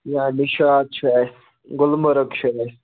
یا نِشاط چھُ اَسہِ گُلمَرٕگ چھُ اَسہِ